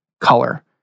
color